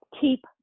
keep